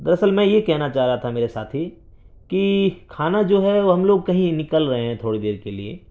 دراصل میں یہ کہنا چاہ رہا تھا میرے ساتھی کہ کھانا جو ہے وہ ہم لوگ کہیں نکل رہے ہیں تھوڑی دیر کے لیے